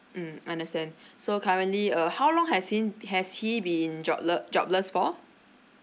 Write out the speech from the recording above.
mm understand so currently uh how long has has he been jobless jobless for